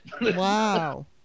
wow